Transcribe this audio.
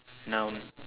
noun